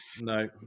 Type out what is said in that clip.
no